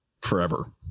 forever